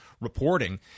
reporting